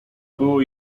było